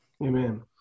Amen